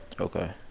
Okay